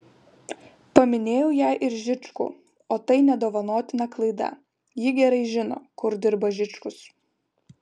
paminėjau jai ir žičkų o tai nedovanotina klaida ji gerai žino kur dirba žičkus